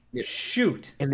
shoot